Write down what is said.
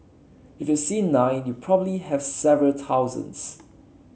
if you see nine you probably have several thousands